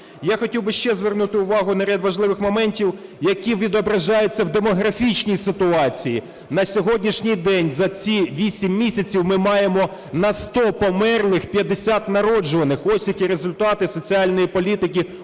Я хотів би ще звернути увагу на ряд важливих моментів, які відображаються в демографічній ситуації. На сьогоднішній день за ці вісім місяців ми маємо на 100 померлих 50 народжуваних, ось які результати соціальної політики